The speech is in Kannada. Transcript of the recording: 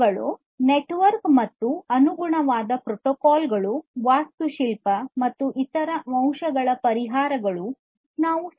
ಇವುಗಳು ನೆಟ್ವರ್ಕ್ ಮತ್ತು ಅನುಗುಣವಾದ ಪ್ರೋಟೋಕಾಲ್ ಗಳ ಆರ್ಕಿಟೆಕ್ಚರ್